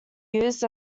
used